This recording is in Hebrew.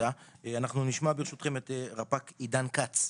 אנחנו נשמע ברשותכם את רפ"ק עידן כץ.